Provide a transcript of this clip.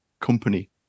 company